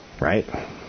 right